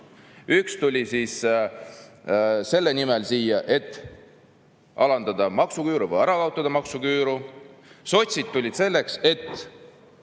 Üks tuli siia selle nimel, et alandada maksuküüru või ära kaotada maksuküüru. Sotsid tulid selleks, et